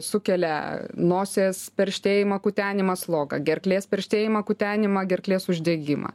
sukelia nosies perštėjimą kutenimą slogą gerklės perštėjimą kutenimą gerklės uždegimą